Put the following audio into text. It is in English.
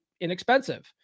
inexpensive